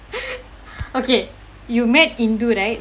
okay you met hindu right